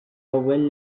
ewwel